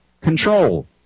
Control